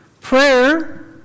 Prayer